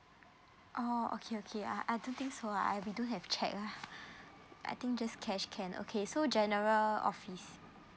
oh okay okay uh I don't think so I we do have cheque ah I think just cash can okay so general office